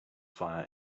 fire